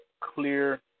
clear